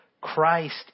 Christ